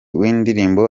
w’indirimbo